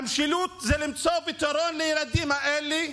המשילות היא למצוא פתרון לילדים האלה,